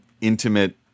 intimate